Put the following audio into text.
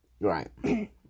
Right